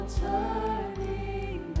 turning